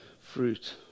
fruit